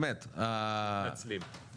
באמת,